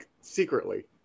secretly